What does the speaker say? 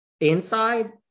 inside